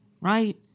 Right